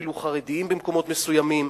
אפילו חרדים במקומות מסוימים,